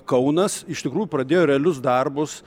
kaunas iš tikrųjų pradėjo realius darbus